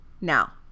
now